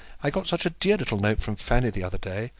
i got such a dear little note from fanny the other day.